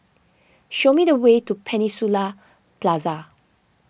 show me the way to Peninsula Plaza